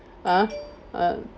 ah uh